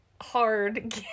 hard